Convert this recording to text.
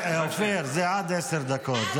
אופיר, זה עד עשר דקות.